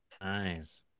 Nice